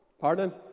Pardon